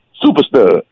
superstar